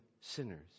sinners